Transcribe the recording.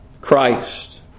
Christ